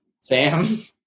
Sam